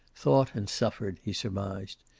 thought and suffered, he surmised.